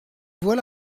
voilà